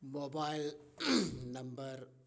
mobile number